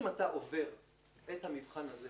אם אתה עובר את המבחן הזה